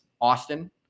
Austin